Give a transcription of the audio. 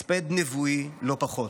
הספד נבואי, לא פחות.